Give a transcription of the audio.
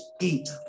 Eat